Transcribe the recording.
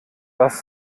das